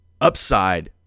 upside